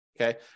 Okay